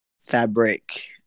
fabric